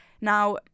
Now